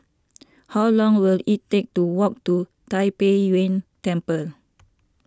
how long will it take to walk to Tai Pei Yuen Temple